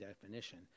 definition